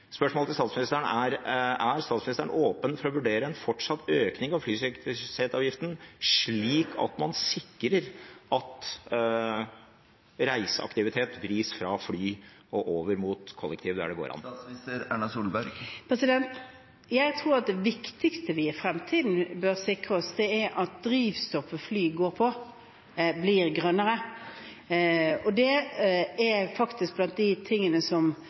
Er statsministeren åpen for å vurdere en fortsatt økning av flyseteavgiften, slik at man sikrer at reiseaktivitet vris fra fly og over mot kollektiv der det går an? Jeg tror det viktigste vi i fremtiden bør sikre oss, er at drivstoffet fly går på, blir grønnere. Det er faktisk blant de tingene som